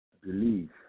believe